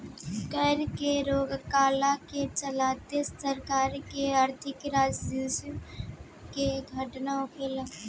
कर के रोकला के चलते सरकार के आर्थिक राजस्व के घाटा होखेला